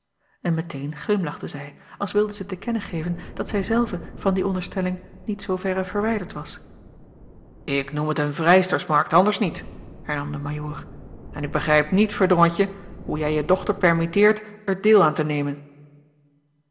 en meteen glimlachte zij als wilde zij te kennen geven dat zij zelve van die onderstelling niet zooverre verwijderd was k noem het een vrijstermarkt anders niet hernam de ajoor en ik begrijp niet erdrongetje hoe jij je dochter permitteert er deel aan te nemen